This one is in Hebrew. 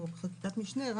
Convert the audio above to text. או חקיקת משנה,